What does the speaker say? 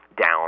down